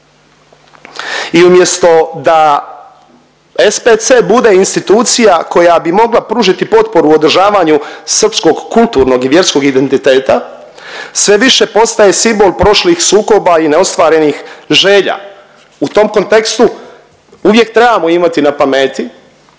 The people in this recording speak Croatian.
I umjesto da SPC bude institucija koja bi mogla pružiti potporu održavanju srpskog kulturnog i vjerskog identiteta sve više postaje simbol prošlih sukoba i neostvarenih želja. U tom kontekstu uvijek trebamo imati na pameti